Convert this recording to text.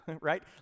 right